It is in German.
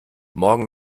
morgen